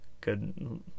good